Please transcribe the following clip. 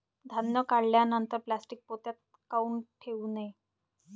धान्य काढल्यानंतर प्लॅस्टीक पोत्यात काऊन ठेवू नये?